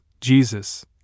Jesus